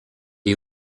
est